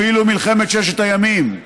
אפילו במלחמת ששת הימים,